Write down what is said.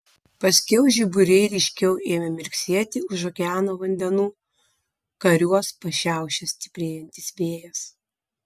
paskiau žiburiai ryškiau ėmė mirksėti už okeano vandenų kariuos pašiaušė stiprėjantis vėjas